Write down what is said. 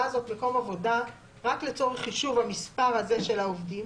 הזאת "מקום עבודה" רק לצורך חישוב המספר הזה של העובדים